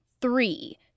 Three